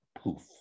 poof